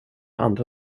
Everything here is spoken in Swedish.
andra